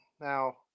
Now